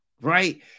Right